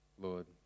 Lord